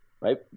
right